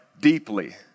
deeply